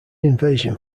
invasion